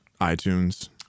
iTunes